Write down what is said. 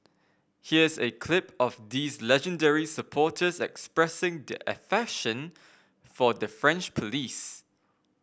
here's a clip of these legendary supporters expressing their affection for the French police